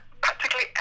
practically